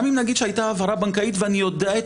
גם אם נגיד שהייתה העברה בנקאית ואני יודע את